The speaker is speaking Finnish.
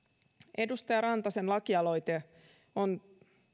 edustaja rantasen lakialoite on